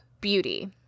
beauty